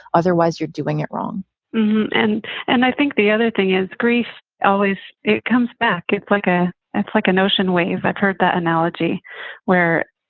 otherwise, you're doing it wrong and and i think the other thing is grief always comes back. it's like a and it's like an ocean wave. i've heard that analogy where,